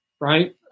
right